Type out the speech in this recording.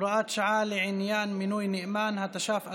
(הוראת שעה לעניין מינוי נאמן), התש"ף 2020,